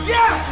Yes